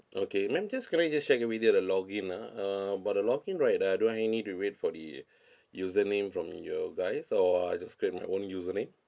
okay ma'am just can I just check with you the login ah uh about the login right uh do I need to wait for the username from your guys or I just create my own username